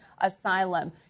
asylum